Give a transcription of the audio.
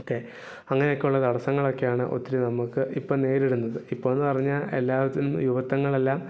ഒക്കെ അങ്ങനെയൊക്കെയുള്ള തടസ്സങ്ങളൊക്കെയാണ് ഒത്തിരി നമുക്ക് ഇപ്പം നേരിടുന്നത് ഇപ്പോ എന്ന് പറഞ്ഞാൽ എല്ലാവർക്കും യുവത്വങ്ങളെല്ലാം